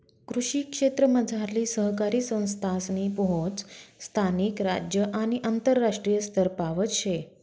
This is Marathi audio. कृषी क्षेत्रमझारली सहकारी संस्थासनी पोहोच स्थानिक, राज्य आणि आंतरराष्ट्रीय स्तरपावत शे